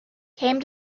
came